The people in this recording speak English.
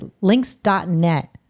links.net